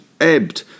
ebbed